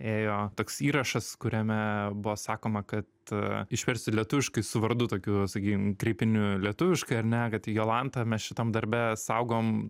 ėjo toks įrašas kuriame buvo sakoma kad išversiu lietuviškai su vardu tokiu sakykim kreipiniu lietuviškai ar ne kad jolantą mes šitam darbe saugom